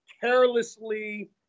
carelessly –